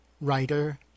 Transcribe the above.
writer